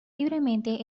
libremente